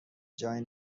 جایی